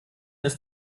ist